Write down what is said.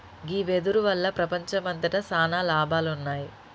గీ వెదురు వల్ల ప్రపంచంమంతట సాన లాభాలున్నాయి